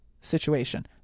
situation